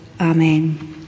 Amen